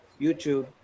YouTube